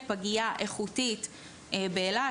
פגייה איכותית באילת,